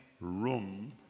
room